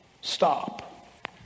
stop